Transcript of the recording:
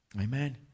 Amen